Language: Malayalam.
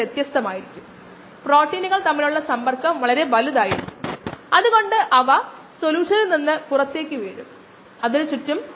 നമ്മൾ ഡെറിവേ ഷനിലൂടെ കടന്നുപോയ മൈക്കിളിസ് മെന്റൻ ഭൌതികശാസ്ത്രത്തെക്കുറിച്ച് വിശദമായി പരിശോധിച്ചു